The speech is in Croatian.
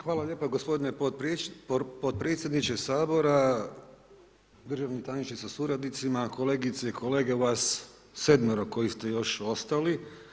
Hvala lijepa gospodine potpredsjedniče Sabora, državni tajniče sa suradnicima, kolegice i kolege vas sedmero koji ste još ostali.